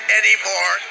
anymore